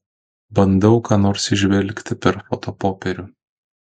bandau ką nors įžvelgti per fotopopierių